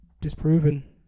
disproven